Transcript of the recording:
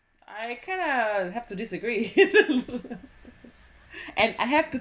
I kinda have to disagree and I have to